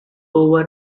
over